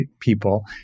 people